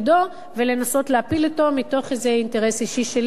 ולנסות להפיל אותו מתוך איזה אינטרס אישי שלי,